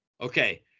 Okay